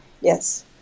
Yes